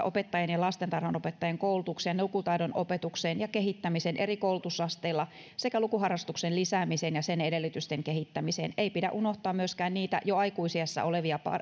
opettajien ja lastentarhanopettajien koulutukseen lukutaidon opetukseen ja kehittämiseen eri koulutusasteilla sekä lukuharrastuksen lisäämiseen ja sen edellytysten kehittämiseen ei pidä unohtaa myöskään niitä jo aikuisiässä olevia